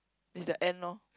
it's the end lor